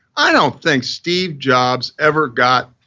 i don't think steve jobs ever got,